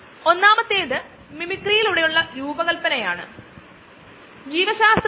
ഈ കോഴ്സ് പ്രാമുഖ്യം കൊടുക്കുന്നത് അപ്പ്സ്ട്രീം വശത്തിനു ആണ്